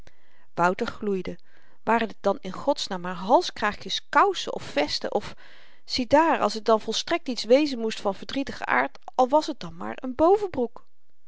wouter gloeide waren t dan in godsnaam maar halskraagjes kousen of vesten of ziedaar als t dan volstrekt iets wezen moest van verdrietigen aard al was t dan maar n